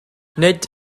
nid